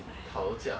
!aiya!